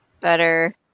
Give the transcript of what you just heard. better